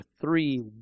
three